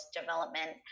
development